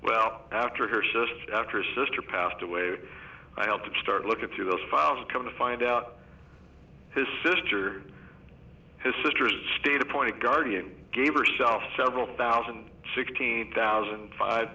well after her sister after sister passed away i helped start looking through those files come to find out his sister his sister's state appointed guardian gave yourself several thousand sixteen thousand five